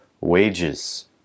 wages